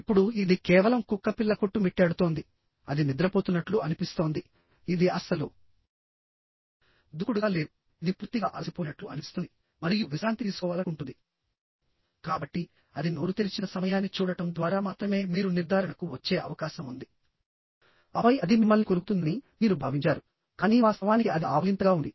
ఇప్పుడుఇది కేవలం కుక్కపిల్ల కొట్టుమిట్టాడుతోందిఅది నిద్రపోతున్నట్లు అనిపిస్తోందిఇది అస్సలు దూకుడుగా లేదుఇది పూర్తిగా అలసిపోయినట్లు అనిపిస్తుంది మరియు విశ్రాంతి తీసుకోవాలనుకుంటుంది కాబట్టిఅది నోరు తెరిచిన సమయాన్ని చూడటం ద్వారా మాత్రమే మీరు నిర్ధారణకు వచ్చే అవకాశం ఉందిఆపై అది మిమ్మల్ని కొరుకుతుందని మీరు భావించారుకానీ వాస్తవానికి అది ఆవలింతగా ఉంది